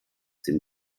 dem